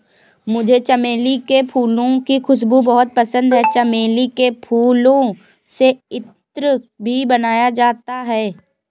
मुझे चमेली के फूलों की खुशबू बहुत पसंद है चमेली के फूलों से इत्र भी बनाया जाता है